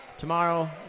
Tomorrow